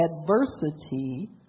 adversity